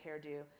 hairdo